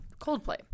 Coldplay